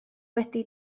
wedi